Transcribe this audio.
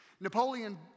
Napoleon